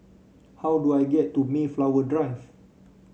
how do I get to Mayflower Drive